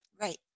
right